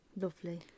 lovely